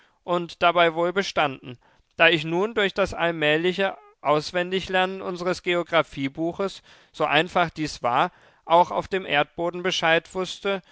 und dabei wohl bestanden da ich nun durch das allmähliche auswendiglernen unsres geographiebuches so einfach dieses war auch auf dem erdboden bescheid wußte